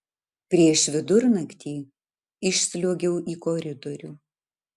prieš vidurnaktį išsliuogiau į koridorių